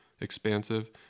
expansive